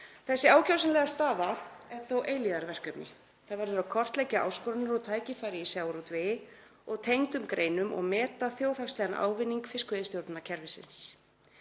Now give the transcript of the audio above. Þessi ákjósanlega staða er þó eilífðarverkefni. Það verður að kortleggja áskoranir og tækifæri í sjávarútvegi og tengdum greinum og meta þjóðhagslegan ávinning fiskveiðistjórnarkerfisins.